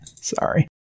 Sorry